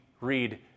read